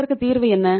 இதற்கு தீர்வு என்ன